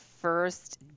first